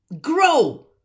Grow